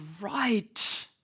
right